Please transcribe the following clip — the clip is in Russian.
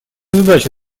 задача